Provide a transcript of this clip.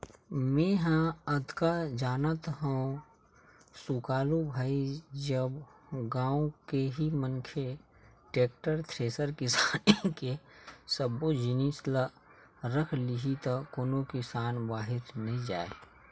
मेंहा अतका जानथव सुकालू भाई जब गाँव के ही मनखे टेक्टर, थेरेसर किसानी के सब्बो जिनिस ल रख लिही त कोनो किसान बाहिर नइ जाय